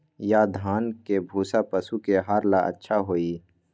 या धान के भूसा पशु के आहार ला अच्छा होई?